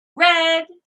red